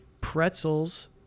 pretzels